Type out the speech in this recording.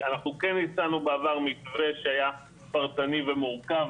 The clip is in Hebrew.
כן הצענו בעבר מתווה שהיה פרטני ומורכב,